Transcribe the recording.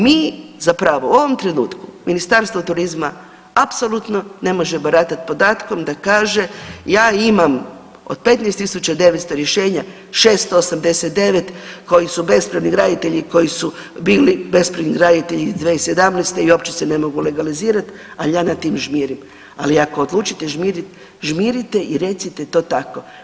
Mi zapravo u ovom trenutku Ministarstvo turizma apsolutno ne množe baratat podatkom da kaže ja imam od 15.900 rješenja 689 koji su bespravni graditelji, koji su bili bespravni graditelji i 2017. i uopće se ne mogu legalizirati, ali ja nad tim žmirim, ali ako odučite žmirit žmirite i recite to tako.